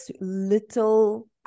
little